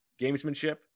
gamesmanship